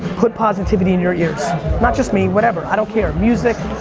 put positivity in your ears not just me, whatever. i don't care music